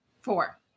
Four